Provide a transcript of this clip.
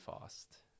fast